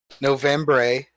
November